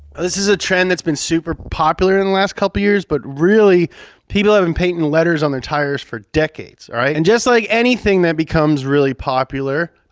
this is a trend that's been super popular in the last couple of years, but really people have been painting letters on their tires for decades, all right, and just like anything that becomes really popular,